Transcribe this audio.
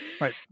right